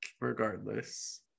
regardless